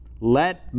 Let